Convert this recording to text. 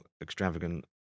extravagant